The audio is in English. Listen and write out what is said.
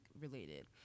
related